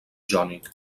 jònic